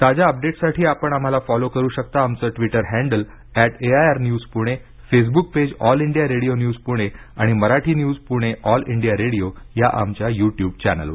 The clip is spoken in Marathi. ताज्या अपडेट्ससाठी आपण आम्हाला फॉलो करु शकता आमचं Twitter handle at AIR news Pune Facebook page All India Radio news Pune आणि Marathi news Pune All India Radio या आमच्या युट्युब चॅनेलवर